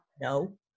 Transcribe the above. No